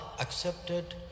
accepted